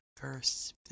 verse